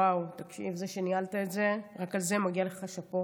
וואו, תקשיב, רק על זה שניהלת את זה מגיע לך שאפו.